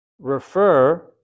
refer